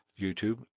YouTube